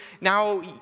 now